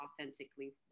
authentically